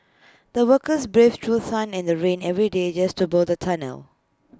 the workers braved through sun and rain every day just to build the tunnel